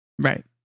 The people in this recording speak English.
Right